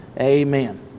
amen